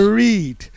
read